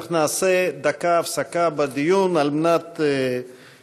אנחנו נעשה הפסקה של דקה בדיון על מנת לנצל